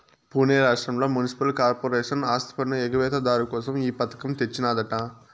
పునే రాష్ట్రంల municipal corporation ఆస్తిపన్ను ఎగవేత దారు కోసం ఈ పథకం తెచ్చినాదట